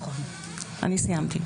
אני סיימתי.